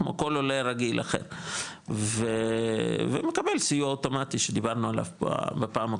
כמו כל עולה רגיל אחר ומקבל סיוע אוטומטי שדיברנו עליו פה בפעם הקודמת,